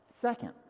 Second